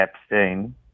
Epstein